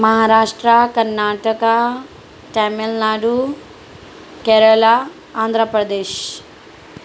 Maharashtra Karnataka Tamil Nadu Kerala Andhra Pradesh